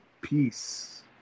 Peace